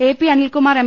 A P Anilkumar M